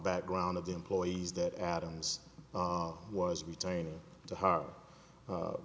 background of the employees that adams was returning to her